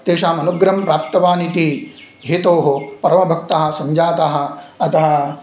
तेषाम् अनुग्रहं प्राप्तवान् इति हेतोः परमभक्ताः सञ्जातः अतः